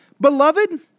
Beloved